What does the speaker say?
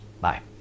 Bye